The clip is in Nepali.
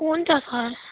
हुन्छ सर